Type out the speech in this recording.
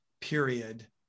period